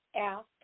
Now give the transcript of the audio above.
ask